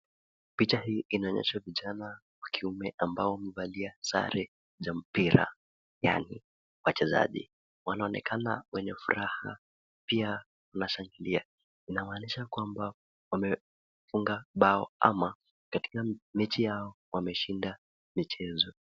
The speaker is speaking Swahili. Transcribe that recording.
Picha hii inaonyesha vijana wa kiume ambao wamevalia sare za mpira, yaani wachezaji. Wanaonekana wenye furaha pia wanashangilia. Inamaanisha kwamba wamefunga bao ama katika mechi yao wameshinda michezo.